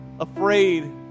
afraid